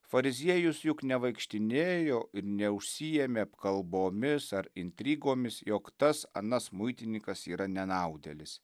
fariziejus juk nevaikštinėjo ir neužsiėmė apkalbomis ar intrigomis jog tas anas muitininkas yra nenaudėlis